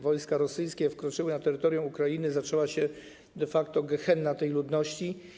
Wojska rosyjskie wkroczyły na terytorium Ukrainy i zaczęła się de facto gehenna tamtejszej ludności.